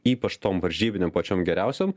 ypač tom varžybinėm pačiom geriausiom